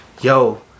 yo